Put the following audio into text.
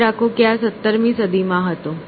યાદ રાખો કે આ 17 મી સદીમાં હતું